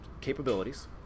capabilities